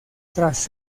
tras